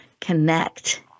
connect